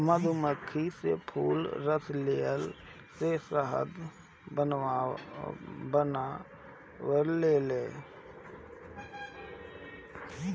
मधुमक्खी फूल से रस लिया के शहद बनावेले